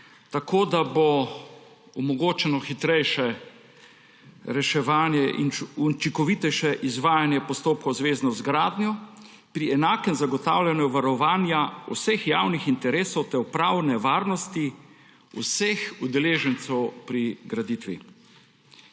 tako da bo omogočeno hitrejše reševanje in učinkovitejše izvajanje postopka v zvezi z gradnjo pri enakem zagotavljanju varovanja vseh javnih interesov ter upravne varnosti vseh udeležencev pri graditvi.